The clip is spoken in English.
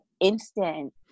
instant